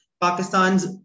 Pakistan's